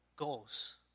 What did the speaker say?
goals